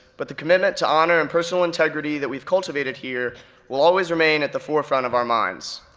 but the commitment to honor and personal integrity that we've cultivated here will always remain at the forefront of our minds,